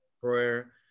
prayer